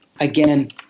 again –